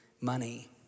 money